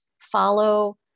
follow